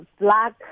black